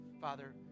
Father